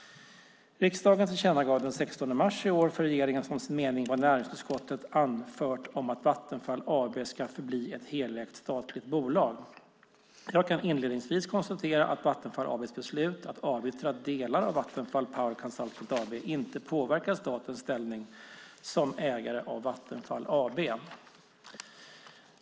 Riksdagen tillkännagav den 16 mars i år för regeringen som sin mening vad näringsutskottet anfört om att Vattenfall AB ska förbli ett helägt statligt bolag. Jag kan inledningsvis konstatera att Vattenfall AB:s beslut att avyttra delar av Vattenfall Power Consultant AB inte påverkar statens ställning som ägare av Vattenfall AB.